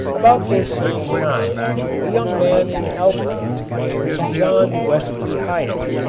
about this same time a young man in albany, named john wesley hyatt,